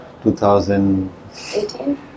2018